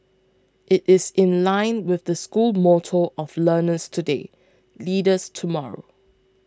it is in line with the school motto of learners today leaders tomorrow